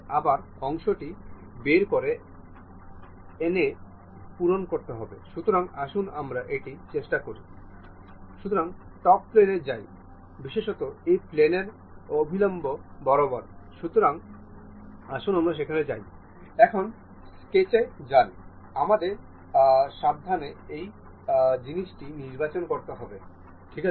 in motion study bottom প্লেনে আমাদের কাছে এই মোটর বিকল্পটি রয়েছে